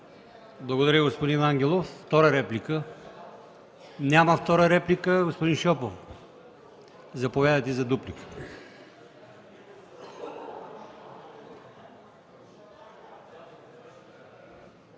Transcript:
Благодаря, господин Ангелов. Втора реплика? Няма. Господин Шопов, заповядайте за дуплика.